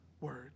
Word